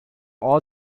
all